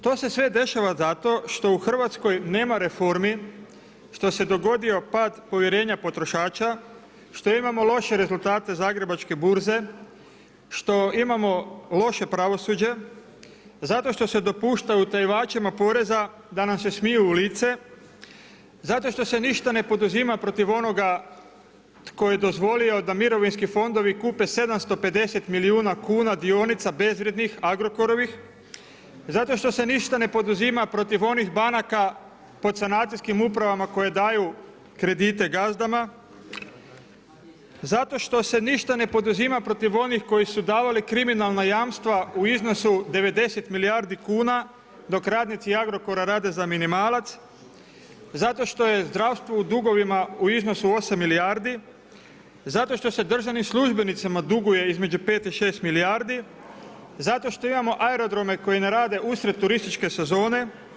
To se sve dešava zato što u Hrvatskoj nema reformi, što se dogodio pad povjerenja potrošača, što imamo loše rezultate Zagrebačke burze, što imamo loše pravosuđe, zato što se dopušta utajivačima poreza da nam se smiju u lice, zato što se ništa ne poduzima protiv onoga tko je dozvolio da mirovinski fondovi kupe 750 milijuna kuna dionica bezvrijednih Agrokorovih, zato što se ništa ne poduzima protiv onih banaka pod sanacijskim upravama koje daju kredite gazdama zato što se ništa ne poduzima protiv onih koji su davali kriminalna jamstva u iznosu 90 milijardi kuna dok radnici Agrokora rade za minimalac, zato što je zdravstvo u dugovima u iznosu 8 milijardi, zato što se državni službenicima duguje između pet i šest milijardi, zato što imamo aerodrome koji ne rade uslijed turističke sezone.